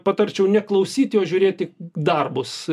patarčiau neklausyti o žiūrėti darbus